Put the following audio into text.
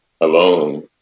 alone